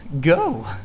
go